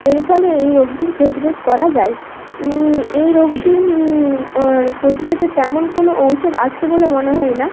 এর ফলে এই রোগটির প্রতিরোধ করা যায় এই রোগটি প্রতিরোধে তেমন কোনো ঔষধ আছে বলে মনে হয় না